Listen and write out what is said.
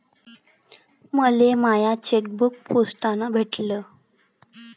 मले माय चेकबुक पोस्टानं भेटल